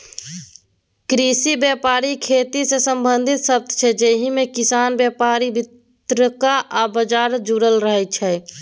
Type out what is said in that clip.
कृषि बेपार खेतीसँ संबंधित शब्द छै जाहिमे किसान, बेपारी, बितरक आ बजार जुरल रहय छै